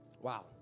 Wow